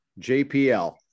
jpl